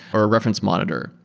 or a reference monitor.